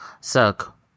suck